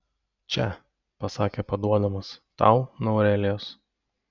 čia pasakė paduodamas tau nuo aurelijos